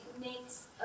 makes